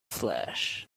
flash